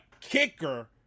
kicker